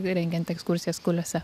rengiant ekskursijas kuliuose